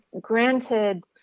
granted